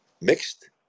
mixed